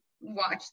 watch